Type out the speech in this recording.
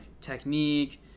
technique